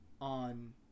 on